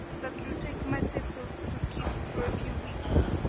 that you take my tato to keep for a few weeks,